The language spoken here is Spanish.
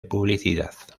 publicidad